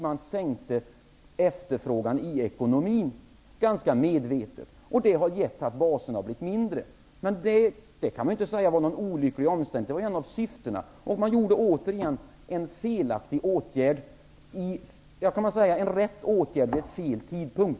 Man sänkte efterfrågan i ekonomin ganska medvetet, och det har lett till att baserna har blivit mindre. Men man kan inte säga att det var en olycklig omständighet. Det var ett av syftena med reformen. Det kan uttryckas så, att man vidtog rätt åtgärd vid fel tidpunkt.